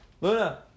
Luna